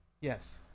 Yes